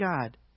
God